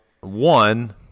one